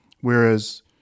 Whereas